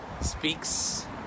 speaks